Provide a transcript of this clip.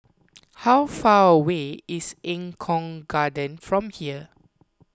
how far away is Eng Kong Garden from here